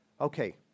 Okay